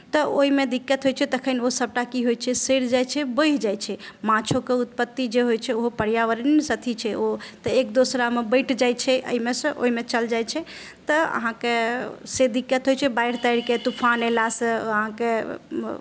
तऽ ओहिमे दिक्कत होइत छै तखन ओ सभटा की होइत छै सड़ि जाइत छै बहि जाइत छै माछोके उत्पत्ति जे होइत छै ओहो पर्यावरणसँ अथी छै तऽ ओ एक दोसरमे बँटि जाइत छै एहिमेसँ ओहिमे चलि जाइत छै तऽ अहाँके से दिक्कत होइत छै बाढ़ि ताढ़िक तूफान अयलासँ अहाँके